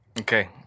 Okay